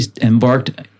embarked